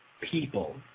people